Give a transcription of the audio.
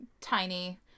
tiny-